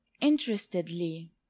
interestedly